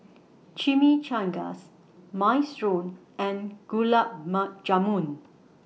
Chimichangas Minestrone and Gulab Jamun